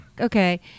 Okay